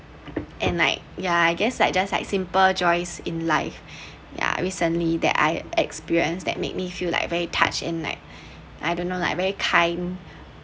and like yeah I guess I just like simple joys in life ya recently that I experienced that make me feel like very touched and like I don't know like very kind